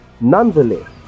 Nonetheless